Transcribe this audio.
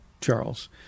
Charles